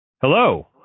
Hello